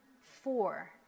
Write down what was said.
four